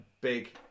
big